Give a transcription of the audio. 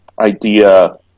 idea